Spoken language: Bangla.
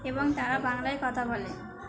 এবং তারা বাংলায় কথা বলে